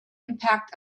impact